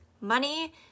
Money